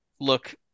look